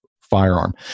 firearm